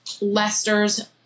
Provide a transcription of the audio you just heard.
Lester's